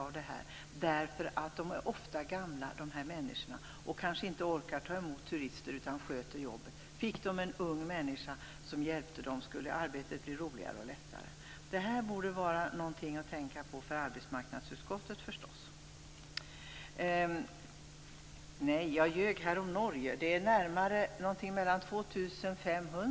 Människorna som driver fäbodarna är nämligen ofta gamla, och kanske inte orkar ta emot turister utan sköter bara sina jobb. Om de fick en ung människa som hjälpte dem skulle arbetet blir roligare och lättare. Detta borde vara någonting att tänka på för arbetsmarknadsutskottet!